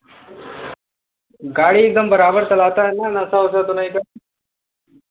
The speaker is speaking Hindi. गाड़ी एकदम बराबर चलाता है ना नशा उशा तो नहीं कर